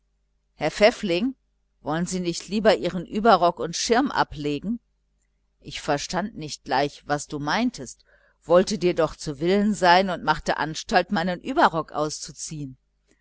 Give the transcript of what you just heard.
herr pfäffling wollen sie nicht lieber ihren überrock und schirm ablegen ich verstand nicht gleich was du meintest wollte dir doch zu willen sein und machte anstalt meinen überrock auszuziehen